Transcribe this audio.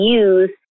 use